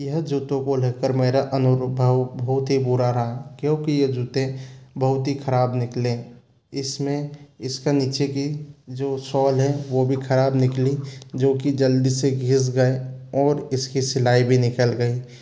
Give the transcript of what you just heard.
यह जूतों को लेकर मेरा बहुत ही बुरा रहा क्योंकि ये जूते बहुत ही खराब निकले इसमें इसका नीचे की जो सोल है वो भी खराब निकली जोकि जल्दी से घिस गए और इसकी सिलाई भी निकल गई